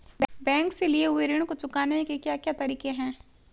Bank से लिए हुए ऋण को चुकाने के क्या क्या तरीके हैं?